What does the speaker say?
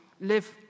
live